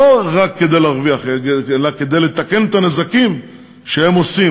לא רק כדי להרוויח אלא כדי לתקן את הנזקים שהם עושים.